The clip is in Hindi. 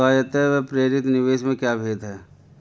स्वायत्त व प्रेरित निवेश में क्या भेद है?